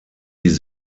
die